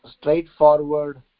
straightforward